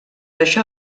això